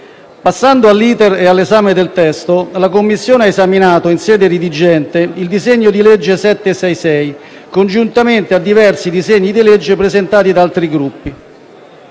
Passando all'*iter* e all'esame del testo, la Commissione ha esaminato, in sede redigente, il disegno di legge n. 766, congiuntamente a diversi disegni di legge presentati da altri Gruppi.